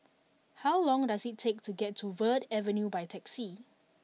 how long does it take to get to Verde Avenue by taxi